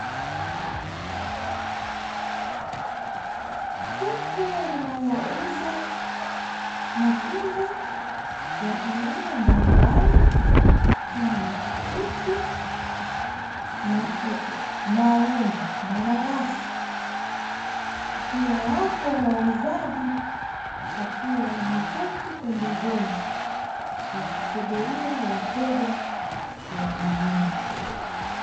Soko linalouza matunda ya aina mbalimbali, kama matikiti, maepo, maembe, mananasi. Pia, wapo wauzaji wakiwa wameketi pembezoni, wakisubiria wateja kuwahudumia.